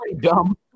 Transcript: Dumb